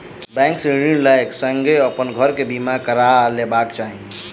bank से ऋण लै क संगै अपन घर के बीमा करबा लेबाक चाही